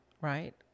right